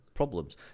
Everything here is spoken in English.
problems